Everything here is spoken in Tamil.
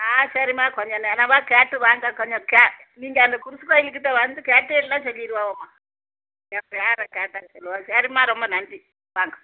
ஆ சரிம்மா கொஞ்சம் நெனைவா கேட்டு வாங்க கொஞ்சம் கே நீங்கள் அந்த குருசுக்கோயில் கிட்டே வந்து கேட்டியல்னா சொல்லிடுவாவோம்மா ஏன் பேரை கேட்டாலே சொல்லுவாங்க சரிம்மா ரொம்ப நன்றி வாங்க